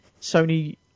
Sony